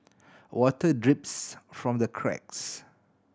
water drips from the cracks